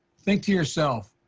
think to yourself,